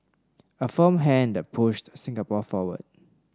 a firm hand that pushed Singapore forward